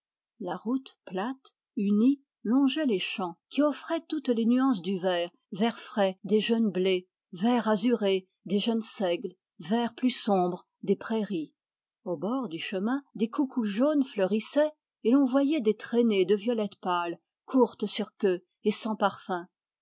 la route plate unie longeait les champs qui offraient toutes les nuances du vert vert frais des jeunes blés vert azuré des jeunes seigles vert plus sombre des prairies au bord du chemin des coucous jaunes fleurissaient et l'on voyait des traînées de violettes pâles courtes sur queue et sans parfum